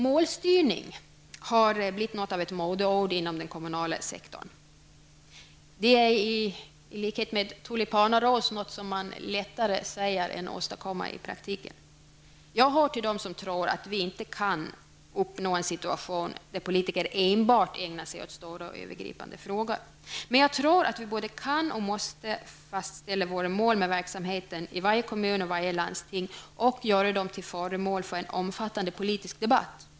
Målstyrning har blivit något av ett modeord inom den kommunala sektorn. Det är i likhet med tulipanaros något som är lättare att säga än att åstadkomma i praktiken. Jag hör till dem som inte tror att vi kan uppnå en situation där politiker enbart ägnar sig åt stora och övergripande frågor. Däremot tror jag att vi både kan och måste fastställa våra mål med verksamheten i varje kommun och i varje landsting samt göra dem till föremål för en omfattande politisk debatt.